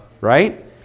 right